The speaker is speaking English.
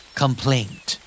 complaint